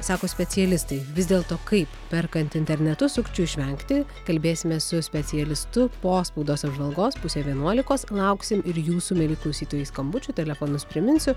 sako specialistai vis dėlto kaip perkant internetu sukčių išvengti kalbėsimės su specialistu po spaudos apžvalgos pusę vienuolikos lauksim ir jūsų mieli klausytojai skambučių telefonus priminsiu